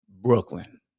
Brooklyn